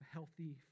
healthy